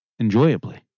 enjoyably